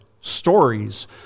stories